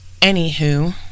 anywho